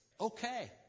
okay